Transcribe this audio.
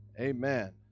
Amen